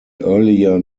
earlier